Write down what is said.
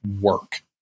work